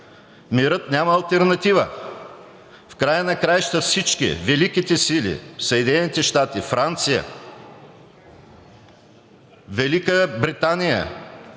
мирът няма алтернатива. В края на краищата Великите сили – Съединените щати, Франция, Велика Британия,